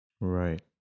Right